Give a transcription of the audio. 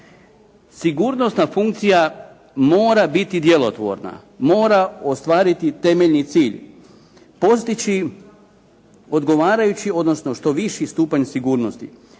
Sigurnosna funkcija mora biti djelotvorna. Mora ostvariti temeljni cilj postići odgovarajući odnosno što viši stupanj sigurnosti.